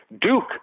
Duke